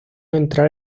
entrar